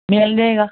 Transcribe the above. ਮਿਲ ਜਾਏਗਾ